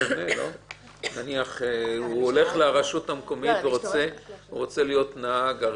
נניח שהוא הולך לרשות המקומית ורוצה להיות נהג.